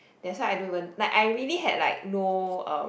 that's why I don't even like I really had like no um